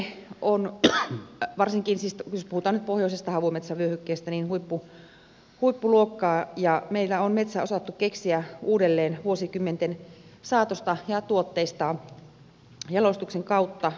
metsäosaamisemme on varsinkin siis jos puhutaan nyt pohjoisesta havumetsävyöhykkeestä huippuluokkaa ja meillä on metsä osattu keksiä uudelleen vuosikymmenten saatossa ja tuotteistaa jalostuksen kautta vientiin